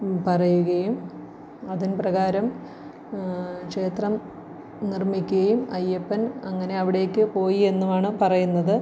പറയുകയും അതിൻ പ്രകാരം ക്ഷേത്രം നിർമ്മിക്കുകയും അയ്യപ്പൻ അങ്ങനെ അവിടേക്ക് പോയി എന്നുമാണ് പറയുന്നത്